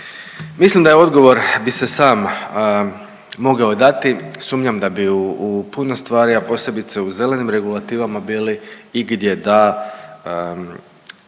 Mislim da je odgovor bi se sam mogao dati, sumnjam da bi u puno stvari, a posebice u zelenim regulativama bili igdje da